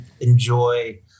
enjoy